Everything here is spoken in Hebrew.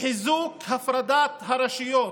(חיזוק הפרדת הרשויות).